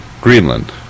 Greenland